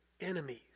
enemies